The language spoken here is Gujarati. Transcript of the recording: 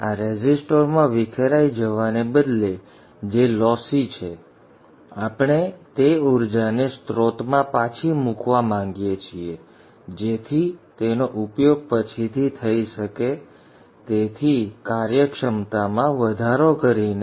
આ રેસિસ્ટોરમાં વિખેરાઈ જવાને બદલે જે લોસી છે આપણે તે ઊર્જાને સ્રોતમાં પાછી મૂકવા માંગીએ છીએ જેથી તેનો ઉપયોગ પછીથી થઈ શકે તેથી કાર્યક્ષમતામાં વધારો કરીને